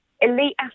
Elite